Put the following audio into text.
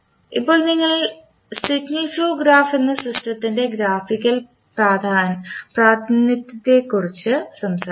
ഇപ്പോൾ signal flow graph എന്ന സിസ്റ്റത്തിൻറെ ഗ്രാഫിക്കൽ പ്രാതിനിധ്യത്തെക്കുറിച്ച് സംസാരിക്കാം